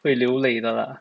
会流泪的啦